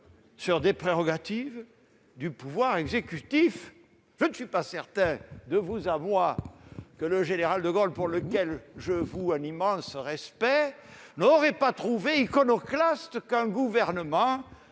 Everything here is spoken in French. -sur des prérogatives du pouvoir exécutif. De vous à moi, je ne suis pas certain que le général de Gaulle, auquel je voue un immense respect, n'aurait pas trouvé iconoclaste qu'un gouvernement